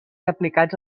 aplicats